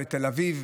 בתל אביב.